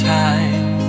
time